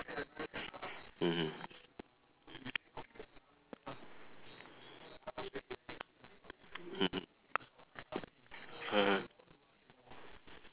mmhmm mmhmm uh